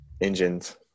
engines